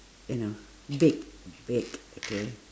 you know bake bake okay